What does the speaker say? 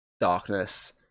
darkness